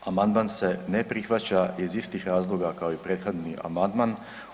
Amandman se ne prihvaća iz istih razloga kao i prethodni amandman.